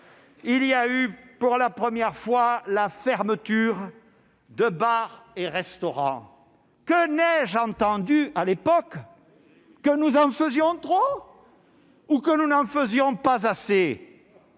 il y a eu pour la première fois la fermeture des bars et restaurants. Que n'ai-je entendu à l'époque ! Eh oui ! Que nous en faisions trop ? Ou que nous n'en faisions pas assez ?